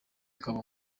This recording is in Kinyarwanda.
akaba